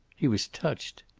he was touched.